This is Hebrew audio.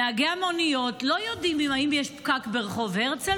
נהגי המוניות לא יודעים אם יש פקק ברחוב הרצל,